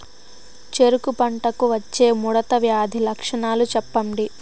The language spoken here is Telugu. చెరుకు పంటకు వచ్చే ముడత వ్యాధి లక్షణాలు చెప్పండి?